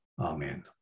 Amen